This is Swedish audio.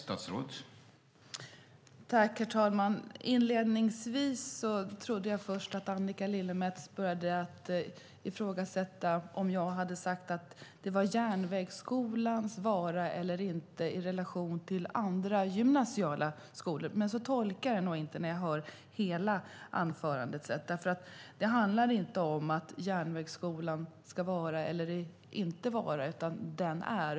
Herr talman! Inledningsvis vill jag säga att jag först trodde att Annika Lillemets ifrågasatte om jag hade sagt att det gällde Järnvägsskolans vara eller inte vara i relation till andra gymnasiala skolor. Men så tolkar jag det inte när jag har hört hela anförandet. Det handlar inte om Järnvägsskolans vara eller inte vara, för den är .